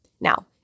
Now